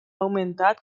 augmentat